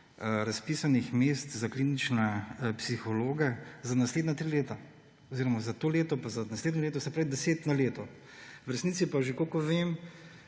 razpisanih mest za klinične psihologe za naslednja 3 leta oziroma za to leto, pa za naslednje leto, se pravi 10 na leto. V resnici pa, kolikor vem,